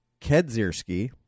Kedzierski